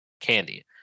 Candy